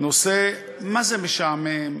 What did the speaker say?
נושא מה-זה משעמם.